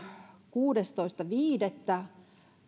kuudestoista viidettä